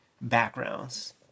backgrounds